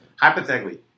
Hypothetically